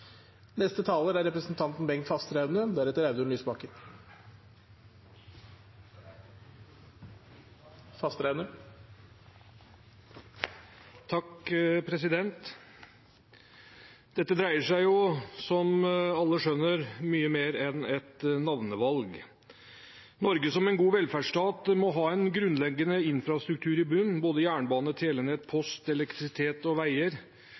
Dette dreier seg, som alle skjønner, om mye mer enn et navnevalg. Norge som en god velferdsstat må ha en grunnleggende infrastruktur i bunnen, både jernbane, telenett, post, elektrisitet og veier.